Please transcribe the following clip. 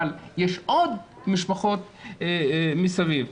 אבל יש עוד משפחות מסביב.